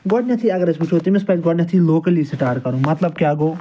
گۄڈنٮ۪تھے اگر أسۍ وٕچھو تٔمِس پَزِ گۄڈنٮ۪تھے لوکَلی سٹاٹ کَرُن مَطلَب کیاہ گوٚو